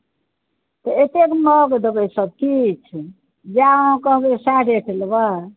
तऽ एतेक महग देबै सब किछु जे अहाँ कहबै सएह रेट लेबै